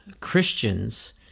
Christians